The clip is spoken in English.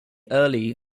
early